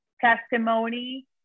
testimony